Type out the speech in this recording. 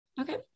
Okay